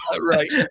right